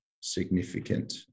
significant